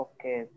Okay